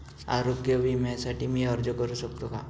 आरोग्य विम्यासाठी मी अर्ज करु शकतो का?